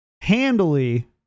handily